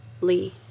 Lee